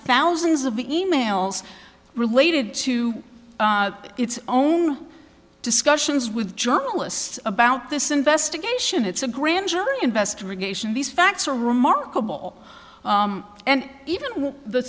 thousands of e mails related to its own discussions with journalists about this investigation it's a grand jury investigation these facts are remarkable and even the